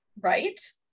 right